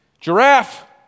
Giraffe